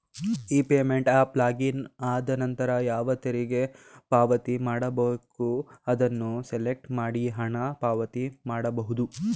E payment of login ಆದನಂತರ ಯಾವ ತೆರಿಗೆ ಪಾವತಿ ಮಾಡಬೇಕು ಅದನ್ನು ಸೆಲೆಕ್ಟ್ ಮಾಡಿ ಹಣ ಪಾವತಿ ಮಾಡಬಹುದು